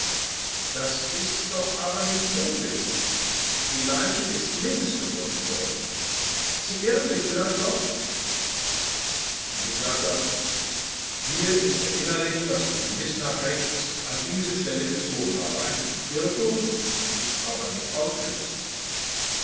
das ist doch aber nicht möglich die leiche ist links gefunden worden sie irren sich vielleicht doch angekl mir ist erinnerlich daß ich die miß nach rechts an diese stelle gezogen habe ein irrtum ist aber nicht ausgeschlossen